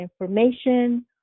information